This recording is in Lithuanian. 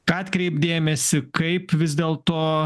ką atkreipt dėmesį kaip vis dėl to